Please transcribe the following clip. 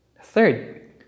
Third